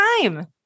time